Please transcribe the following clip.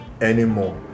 Anymore